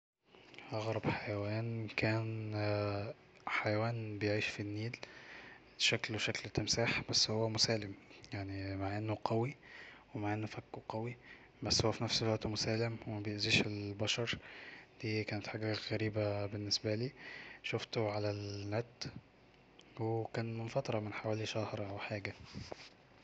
"اغرب حيوان كان حيان بيعيش في النيل شكله شكل تمساح بس هو مسالم مع أنه قوي ومع أن فكه قوي بس هو في نفس الوقت مسالم ومبيأذيش البشر دي كانت حاجة غريبة بالنسبالي شوفته على النت وكان من فترة من حوالي شهر او حاجة"